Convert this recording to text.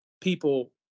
people